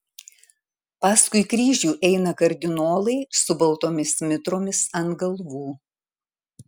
paskui kryžių eina kardinolai su baltomis mitromis ant galvų